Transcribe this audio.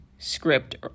Script